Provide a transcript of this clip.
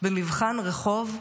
במבחן רחוב,